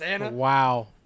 Wow